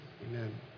amen